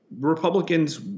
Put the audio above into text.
Republicans